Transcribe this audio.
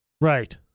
Right